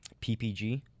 ppg